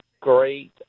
great